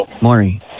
Maury